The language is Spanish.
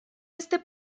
este